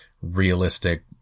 realistic